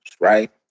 right